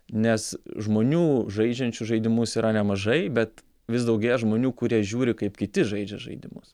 nes žmonių žaidžiančių žaidimus yra nemažai bet vis daugėja žmonių kurie žiūri kaip kiti žaidžia žaidimus